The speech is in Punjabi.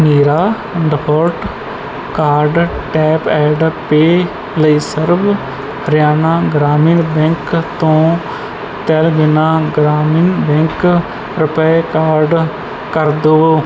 ਮੇਰਾ default card tap and pay ਲਈ ਸਰਵ ਹਰਿਆਣਾ ਗ੍ਰਾਮੀਣ ਬੈਂਕ ਤੋਂ ਤੇਲੰਗਾਨਾ ਗ੍ਰਾਮੀਣ ਬੈਂਕ ਰੁਪੇ ਕਾਰਡ ਕਰ ਦੇਵੋ